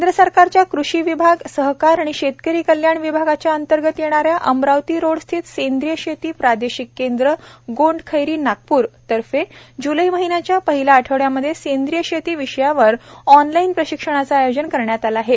केंद्र सरकारच्या कृषी विभाग सहकार आणि शेतकरी कल्याण विभागाच्या अंतर्गत येणाऱ्या अमरावती रोड स्थित सेंद्रिय शेती प्रादेशिक केंद्र गोंडखैरी नागपूर तर्फे ज्लै महिन्याच्या पहिल्या आठवड्यामध्ये सेंद्रिय शेती विषयावर ऑनलाइन प्रशिक्षणाचे आयोजन करण्यात आले आहे